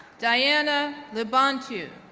diana lobontiu,